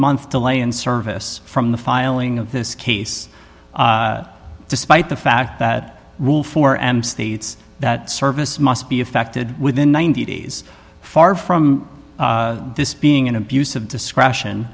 month delay in service from the filing of this case despite the fact that rule four am states that service must be affected within ninety days far from this being an abuse of discretion